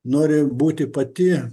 nori būti pati